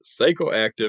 psychoactive